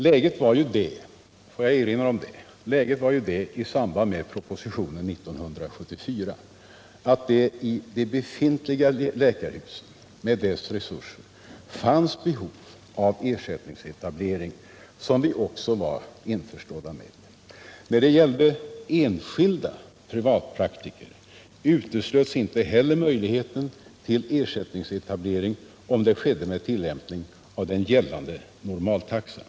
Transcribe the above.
Låt mig erinra om att läget i samband med propositionen 1974 var att det i de befintliga läkarhusen med dess resurser fanns behov av ersättningsetablering, och det var vi införstådda med. När det gällde enskilda privatpraktiker ute = Nr 49 slöts inte heller möjligheten med ersättningsetablering, om det skedde Tisdagen den med tillämpning av den gällande normaltaxan.